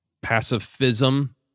pacifism